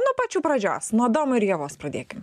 nuo pačių pradžios nuo adomo ir ievos pradėkim